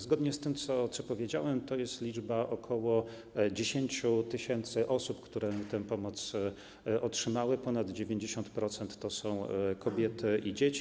Zgodnie z tym, co powiedziałem, jest ok. 10 tys. osób, które tę pomoc otrzymały, ponad 90% to są kobiety i dzieci.